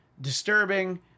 disturbing